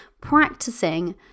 practicing